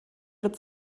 wird